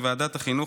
ועדת החינוך,